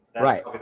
right